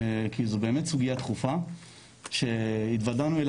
כי זו באמת סוגיה דחופה שהתוודענו אליה